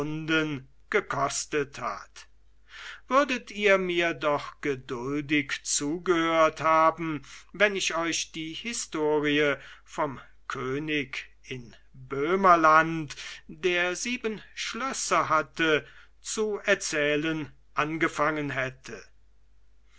gekostet hat würdet ihr mir doch geduldig zugehöret haben wenn ich euch die historie vom könig in böhmenland der sieben schlösser hatte oder die geschichte der drei calender zu erzählen angefangen hätte